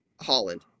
Holland